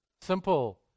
Simple